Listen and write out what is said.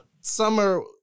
summer